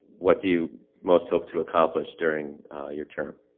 what do you most hope to accomplish during your term?